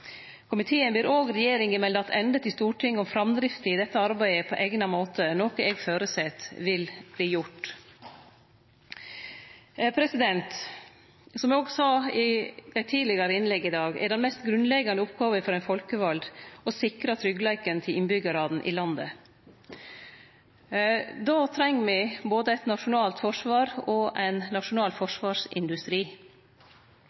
Komiteen ber også regjeringa melde attende til Stortinget om framdrifta i dette arbeidet på eigna måte, noko eg føreset vil verte gjort. Som eg òg sa i eit tidlegare innlegg i dag: Den mest grunnleggjande oppgåva for ein folkevald er å sikre tryggleiken til innbyggjarane i landet. Då treng me både eit nasjonalt forsvar og ein nasjonal